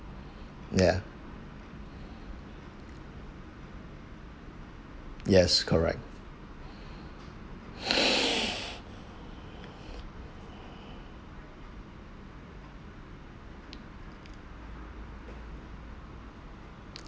yeah yes correct